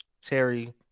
Terry